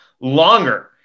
longer